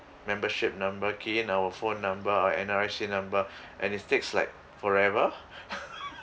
membership number key in our phone number or N_R_I_C number and it takes like forever